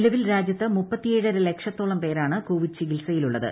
നിലവിൽ രാജ്യത്ത് മുപ്പത്തിയേഴര ലക്ഷത്തോളം പേരാണ് ക്ലോവിഡ് ചികിത്സയിലുള്ളത്